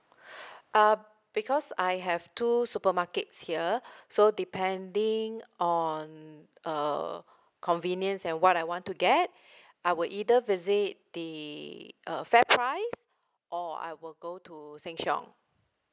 uh because I have two supermarkets here so depending on uh convenience and what I want to get I will either visit the uh fair price or I will go to sheng siong